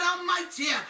Almighty